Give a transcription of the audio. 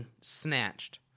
snatched